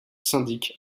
syndic